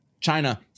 China